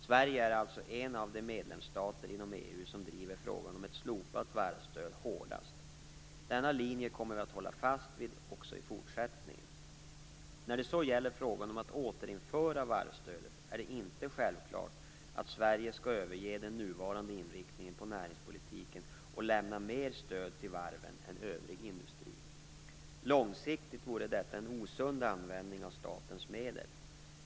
Sverige är alltså en av de medlemsstater inom EU som driver frågan om ett slopat varvsstöd hårdast. Denna linje kommer vi att hålla fast vid i fortsättningen. När det så gäller frågan om att återinföra varvsstödet är det inte självklart att Sverige skall överge den nuvarande inriktningen på näringspolitiken och lämna mer stöd till varven än övrig industri. Långsiktigt vore detta en osund användning av statens medel.